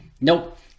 Nope